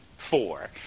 four